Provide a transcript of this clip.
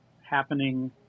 happening